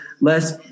less